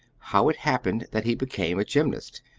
how it happened that he became a gymnast,